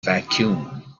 vacuum